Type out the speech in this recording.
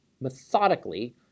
methodically